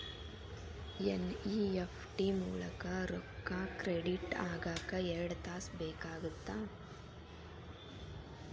NEFT ಮೂಲಕ ರೊಕ್ಕಾ credit ಆಗಾಕ ಎರಡ್ ತಾಸ ಬೇಕಾಗತ್ತಾ